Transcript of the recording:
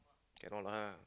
cannot lah